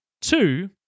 Two